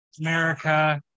america